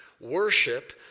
Worship